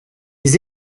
les